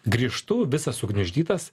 grįžtų visas sugniuždytas